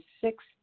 six